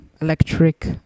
electric